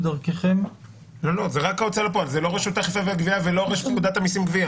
בעלי התפקיד פועלים אצלנו ברשות האכיפה והגבייה מתוקף אותן ההנחיות.